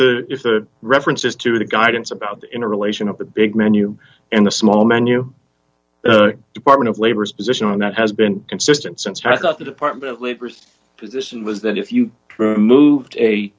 the if the references to the guidance about in relation of the big menu and the small menu the department of labor's position on that has been consistent since i thought the department of labor's position was that if you move